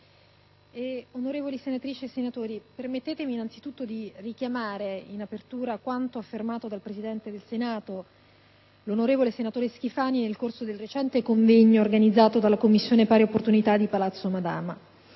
Onorevoli senatrici e senatori, permettetemi innanzitutto di richiamare in apertura quanto affermato dal presidente del Senato, l'onorevole senatore Schifani, nel corso del recente convegno organizzato dalla Commissione per la parità e le pari opportunità di Palazzo Madama.